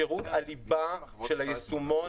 שירות הליבה של היישומון